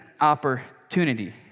opportunity